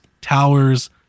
towers